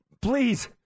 Please